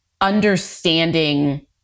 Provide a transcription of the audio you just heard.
understanding